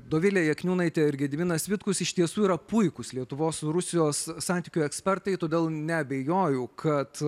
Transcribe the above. dovilė jakniūnaitė ir gediminas vitkus iš tiesų yra puikūs lietuvos ir rusijos santykių ekspertai todėl neabejoju kad